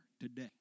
today